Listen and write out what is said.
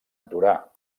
aturar